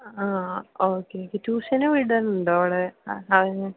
ആ ഓക്കെ ഇപ്പോൾ ട്യൂഷന് വിടുന്നുണ്ടോ അവിടെ അവനെ